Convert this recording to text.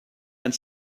and